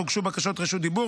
אך הוגשו בקשות רשות דיבור.